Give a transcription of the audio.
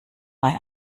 bei